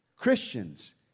Christians